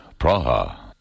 Praha